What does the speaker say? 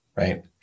Right